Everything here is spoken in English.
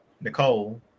Nicole